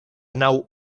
nau